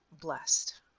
blessed